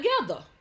together